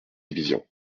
division